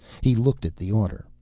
he looked at the order,